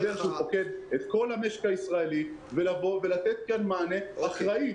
שפוקד את כל המשק הישראלי ולתת כאן מענה אחראי,